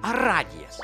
ar radijas